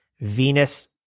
Venus